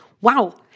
wow